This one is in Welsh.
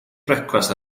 brecwast